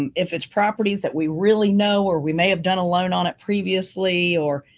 um if it's properties that we really know, or we may have done a loan on it previously, or,